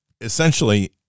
Essentially